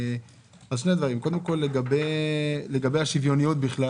שני דברים: קודם כול, לגבי השוויוניות בכלל